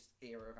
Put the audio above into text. era